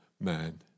man